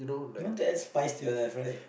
you want to add spice to your life right